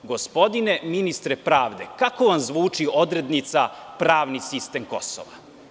Gospodine ministre pravde, kako vam zvuči odrednica pravni sistem Kosova?